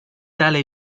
tale